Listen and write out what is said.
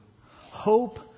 hope